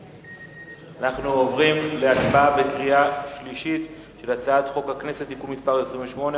אנחנו עוברים להצבעה בקריאה שלישית של הצעת חוק הכנסת (תיקון מס' 28),